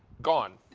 gone.